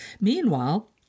Meanwhile